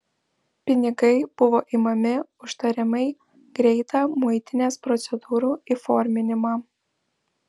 pinigai buvo imami už tariamai greitą muitinės procedūrų įforminimą